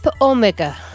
Omega